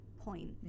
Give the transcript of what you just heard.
point